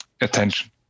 attention